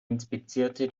inspizierte